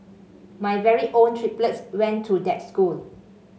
my very own triplets went to that school